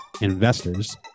investors